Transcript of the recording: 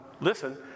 Listen